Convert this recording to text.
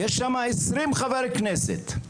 יש שם 20 חברי כנסת.